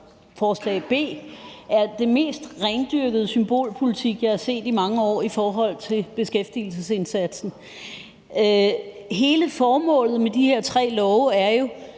L 115 B, er den mest rendyrkede symbolpolitik, jeg har set i mange år, i forhold til beskæftigelsesindsatsen. Hele formålet med de her tre lovforslag